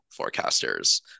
forecasters